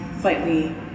slightly